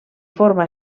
forma